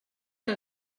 que